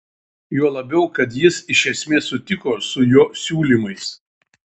juo labiau kad jis iš esmės sutiko su jo siūlymais